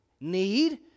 need